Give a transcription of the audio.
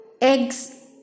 eggs